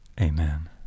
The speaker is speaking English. Amen